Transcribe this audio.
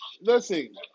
Listen